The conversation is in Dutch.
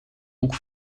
hoek